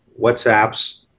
WhatsApps